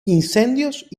incendios